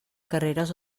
carreres